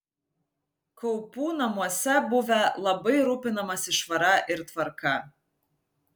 kaupų namuose buvę labai rūpinamasi švara ir tvarka